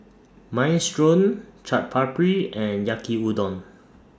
Minestrone Chaat Papri and Yaki Udon